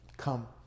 Come